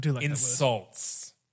insults